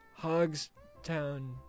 Hogstown